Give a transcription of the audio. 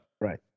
Right